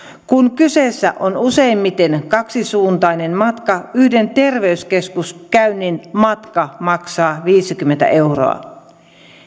kun kyseessä on useimmiten kaksisuuntainen matka yhden terveyskeskuskäynnin matka maksaa viisikymmentä euroa